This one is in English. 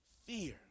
fear